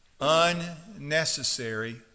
unnecessary